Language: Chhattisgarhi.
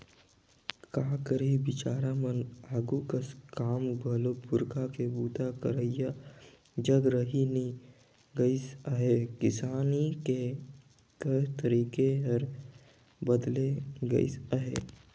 का करही बिचारा मन आघु कस काम घलो पूरखा के बूता करइया जग रहि नी गइस अहे, किसानी करे कर तरीके हर बदेल गइस अहे